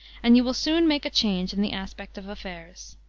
and you will soon make a change in the aspect of affairs.